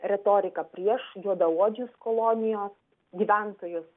retorika prieš juodaodžius kolonijos gyventojus